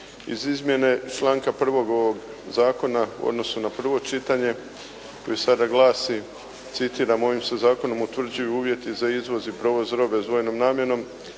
Iz izmjene članka 1. ovoga zakona u odnosu na prvo čitanje koji sada glasi, citiram: "Ovim se Zakonom utvrđuju uvjeti za izvoz i provoz robe sa dvojnom namjenom,